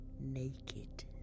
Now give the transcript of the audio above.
naked